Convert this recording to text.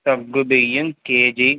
సగ్గుబియ్యం కేజీ